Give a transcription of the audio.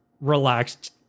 relaxed